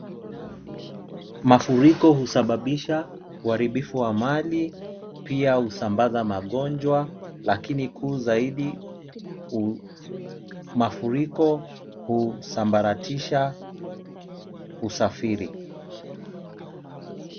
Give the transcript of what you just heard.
Mafuriko husababisha uharibifu wa mali, pia husambaza magonjwa lakini kuu zaidi mafuriko husambaratisha usafiri.